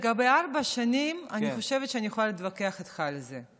לגבי ארבע שנים אני חושבת שאני יכולה להתווכח איתך על זה.